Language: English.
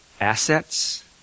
Assets